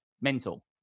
mental